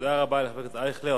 תודה רבה לחבר הכנסת אייכלר.